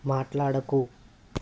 మాట్లాడకు